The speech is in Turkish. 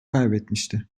kaybetmişti